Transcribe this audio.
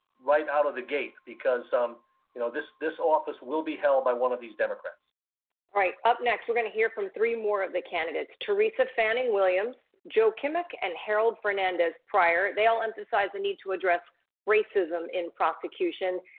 right out of the gate because um you know this this office will held by one of these democrats. all right, up next we're gonna hear from three more of the candidates, teresa fanning williams, joe kimok and harold fernandez pryor. they all emphasize the need to address racism in prosecution,